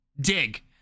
dig